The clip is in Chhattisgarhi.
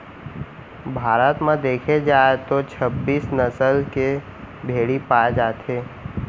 भारत म देखे जाए तो छब्बीस नसल के भेड़ी पाए जाथे